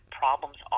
problems